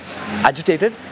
agitated